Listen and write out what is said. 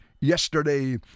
yesterday